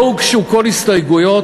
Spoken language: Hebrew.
לא הוגשו כל הסתייגויות,